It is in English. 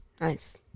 Nice